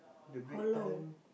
the break time